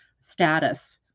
status